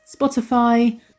Spotify